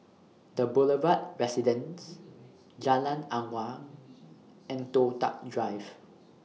The Boulevard Residence Jalan Awang and Toh Tuck Drive